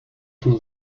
from